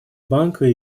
банка